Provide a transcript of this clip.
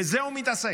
בזה הוא מתעסק,